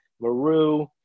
Maru